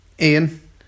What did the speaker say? Ian